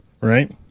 right